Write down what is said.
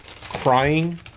crying